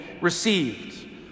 received